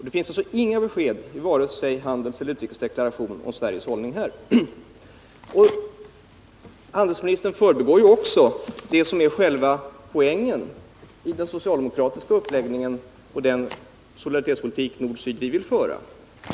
Det finns alltså inga besked i vare sig handelseller utrikesdeklarationen om Sveriges hållning här. Handelsministern förbigår också det som är själva poängen i den socialdemokratiska uppläggningen och den solidaritetspolitik i fråga om nord-syd som vi vill föra.